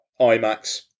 IMAX